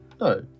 no